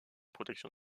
protection